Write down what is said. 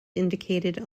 indicated